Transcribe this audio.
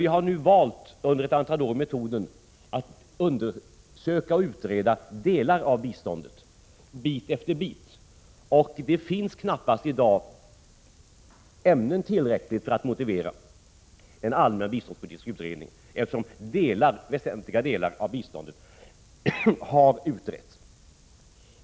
Vi har emellertid nu under ett antal år valt metoden att undersöka och utreda delar av biståndet bit efter bit, och det finns i dag knappast ämnen tillräckligt för att motivera en allmän biståndspolitisk utredning. Väsentliga delar av biståndet har ju utretts.